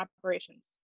operations